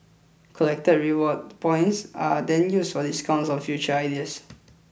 collected reward points are then used for discounts on future ideas